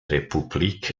republik